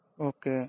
okay